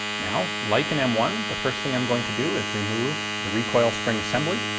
now like an m one, the first thing i'm going to do is remove the recoil spring assembly.